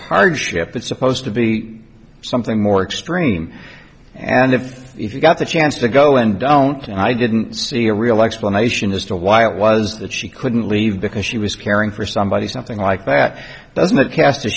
hardship it's supposed to be something more extreme and if you got the chance to go and don't and i didn't see a real explanation as to why it was that she couldn't leave because she was caring for somebody something like that doesn't cast a